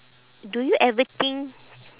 do you ever think